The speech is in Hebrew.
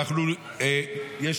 לא